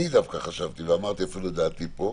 אני דווקא חשבתי, ואמרתי אפילו את דעתי פה: